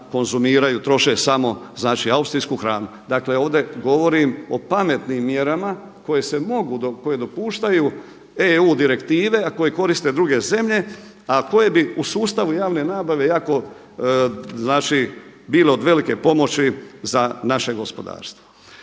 konzumiraju, troše samo, znači austrijsku hranu. Dakle, ovdje govorim o pametnim mjerama koje se mogu, koje dopuštaju EU direktive, a koje koriste druge zemlje, a koje bi u sustavu javne nabave jako, znači bile od velike pomoći za naše gospodarstvo.